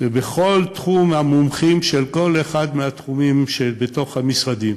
ובכל תחום המומחים של כל אחד מהתחומים שבמשרדים,